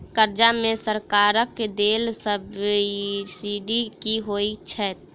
कर्जा मे सरकारक देल सब्सिडी की होइत छैक?